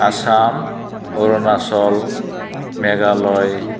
Assam Arunachal Pradesh Meghalaya